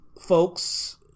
folks